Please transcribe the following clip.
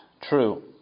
true